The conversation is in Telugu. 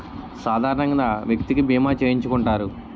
సాధారణంగా వ్యక్తికి బీమా చేయించుకుంటారు